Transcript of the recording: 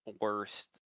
worst